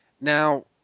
Now